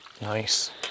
Nice